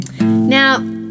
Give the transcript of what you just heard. Now